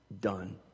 done